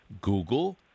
Google